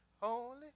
holy